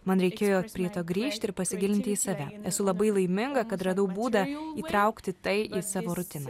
man reikėjo prie to grįžti ir pasigilinti į save esu labai laiminga kad radau būdą įtraukti tai į savo rutiną